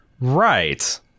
Right